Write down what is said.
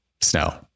snow